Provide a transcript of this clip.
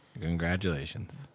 Congratulations